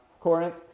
Corinth